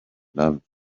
love